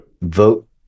vote